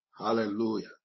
hallelujah